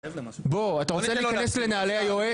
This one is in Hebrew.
בוא, אתה רוצה להיכנס לנעלי היועץ?